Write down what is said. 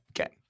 Okay